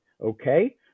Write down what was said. okay